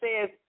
Says